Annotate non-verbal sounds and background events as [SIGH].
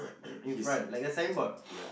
[NOISE] in front like a signboard [NOISE]